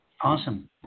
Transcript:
Awesome